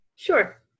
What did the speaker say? Sure